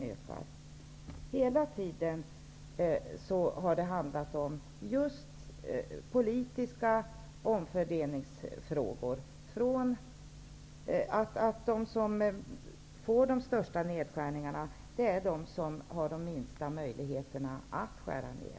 Det har i denna politk hela tiden handlat om omfördelning. De som får de största nedskärningarna är de som har de minsta möjligheterna att skära ner.